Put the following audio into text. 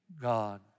God